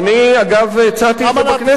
אני, אגב, הצעתי את זה בכנסת.